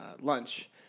lunch